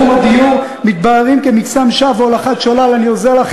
אני אענה לך.